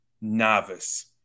novice